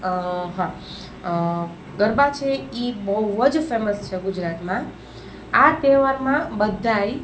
હા ગરબા છે એ બહું જ ફેમસ છે ગુજરાતમાં આ તહેવારમાં બધાય